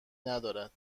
ندارد